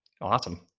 Awesome